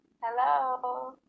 Hello